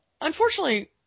unfortunately